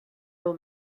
nhw